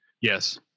yes